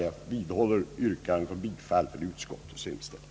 Jag vidhåller mitt yrkande om bifall till utskottets hemställan.